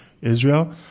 Israel